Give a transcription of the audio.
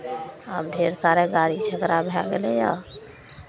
आब ढेरसारा गाड़ी छकरा भए गेलैए